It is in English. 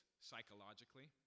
psychologically